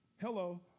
Hello